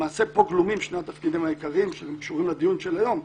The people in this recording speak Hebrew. למעשה פה גלומים שני התפקידים העיקריים שקשורים לדיון היום.